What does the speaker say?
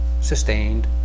sustained